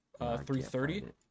330